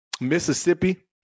Mississippi